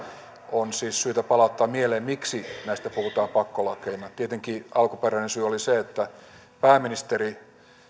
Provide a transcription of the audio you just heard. on siis syytä palauttaa mieleen miksi näistä puhutaan pakkolakeina tietenkin alkuperäinen syy oli se että pääministeri